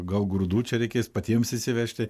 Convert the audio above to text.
gal grūdų čia reikės patiems išsivežti